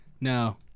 No